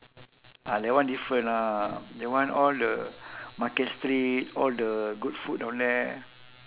ah that one different lah that one all the market street all the good food down there